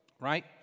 right